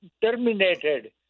terminated